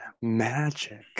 magic